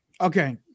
Okay